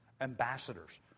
ambassadors